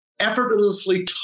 effortlessly